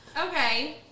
Okay